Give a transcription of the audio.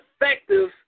effective